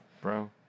Bro